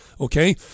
okay